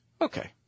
Okay